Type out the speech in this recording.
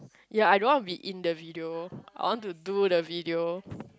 ya I don't want to be in the video I want to do the video